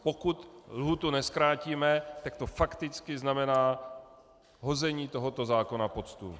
Pokud lhůtu nezkrátíme, tak to fakticky znamená hození tohoto zákona pod stůl.